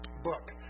Book